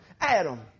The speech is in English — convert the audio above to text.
Adam